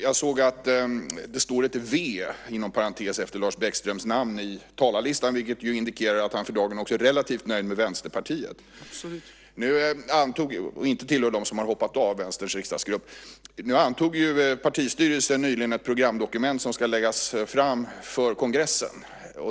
Jag såg att det står ett v inom parentes efter Lars Bäckströms namn i talarlistan, vilket indikerar att han för dagen också är relativt nöjd med Vänsterpartiet. Han tillhör inte dem som har hoppat av Vänsterns riksdagsgrupp. Nu antog partistyrelsen nyligen ett programdokument som ska läggas fram för kongressen.